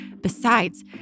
Besides